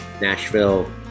Nashville